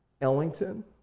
Ellington